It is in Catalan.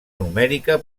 numèrica